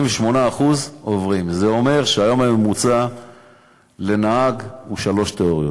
38%. זה אומר שהיום הממוצע לנהג הוא שלוש תיאוריות.